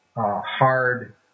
Hard